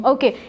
Okay